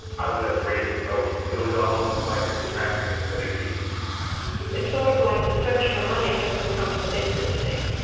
i was afraid to tell people. it was almost like contracting a disease it's sort of like the search for money has become a sacred thing,